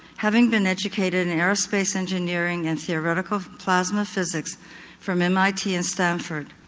having been educated in aerospace engineering and theoretical plasma physics from mit and stanford.